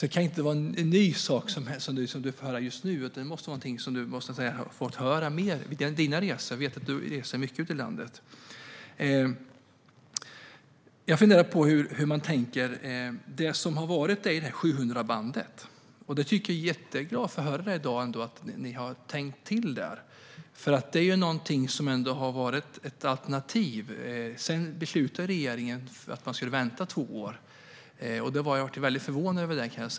Det kan inte vara något nytt för dig, Peter Eriksson, utan det måste du ha fått höra under dina resor. Jag vet att du reser mycket ute i landet. Jag funderar på hur man tänker. Tidigare har 700-megahertzbandet varit ett alternativ. Jag är jätteglad att i dag få höra att ni ändå har tänkt till där. Sedan beslutade regeringen att man skulle vänta i två år. Jag blev mycket förvånad över det.